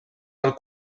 del